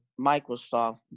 Microsoft